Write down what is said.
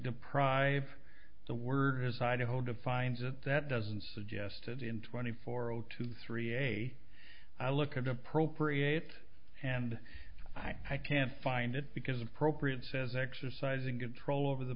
deprive the word as idaho defines it that doesn't suggested in twenty four zero two three a i look at appropriate and i can't find it because appropriate says exercising control over the